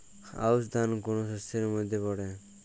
আউশ ধান কোন শস্যের মধ্যে পড়ে?